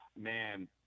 man